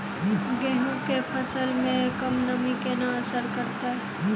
गेंहूँ केँ फसल मे कम नमी केना असर करतै?